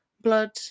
Blood